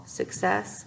success